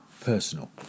personal